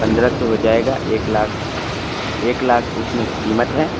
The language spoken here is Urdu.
پندرہ سو ہو جائے گا ایک لاکھ ایک لاکھ اس میں قیمت ہے